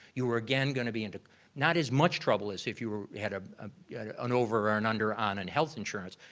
you were again going to be into not as much trouble as if you had ah ah an over or an under on and health insurance,